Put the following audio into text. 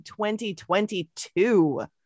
2022